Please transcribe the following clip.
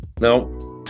No